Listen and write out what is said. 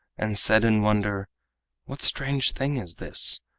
and said in wonder what strange thing is this?